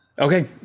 Okay